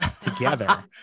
together